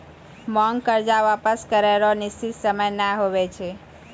मांग कर्जा वापस करै रो निसचीत सयम नै हुवै छै